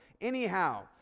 Anyhow